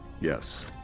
Yes